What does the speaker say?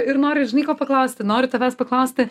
ir noriu žinai ko paklausti noriu tavęs paklausti